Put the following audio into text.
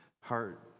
heart